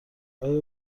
آیا